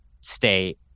state